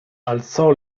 alzò